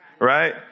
right